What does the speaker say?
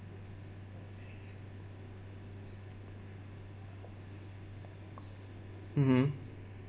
mmhmm